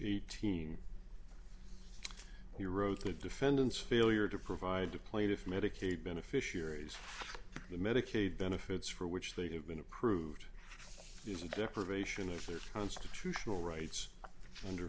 eighteen he wrote the defendant's failure to provide to plaintiff medicaid beneficiaries the medicaid benefits for which they have been approved for use of deprivation of their constitutional rights under